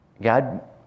God